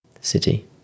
City